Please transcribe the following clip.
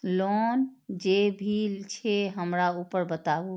Loan जे भी छे हमरा ऊपर बताबू?